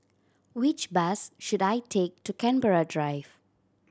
which bus should I take to Canberra Drive